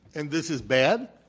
and this is bad?